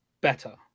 better